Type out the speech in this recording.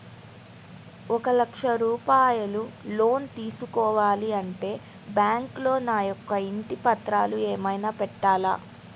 ఒక లక్ష రూపాయలు లోన్ తీసుకోవాలి అంటే బ్యాంకులో నా యొక్క ఇంటి పత్రాలు ఏమైనా పెట్టాలా?